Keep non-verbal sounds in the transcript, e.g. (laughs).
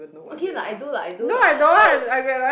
okay lah I do lah I do lah (laughs)